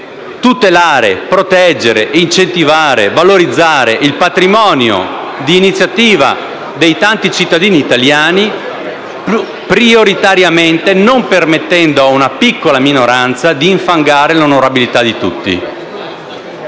tutelare, proteggere, incentivare, valorizzare il patrimonio di iniziativa dei tanti cittadini italiani, prioritariamente non permettendo a una piccola minoranza d'infangare l'onorabilità di tutti.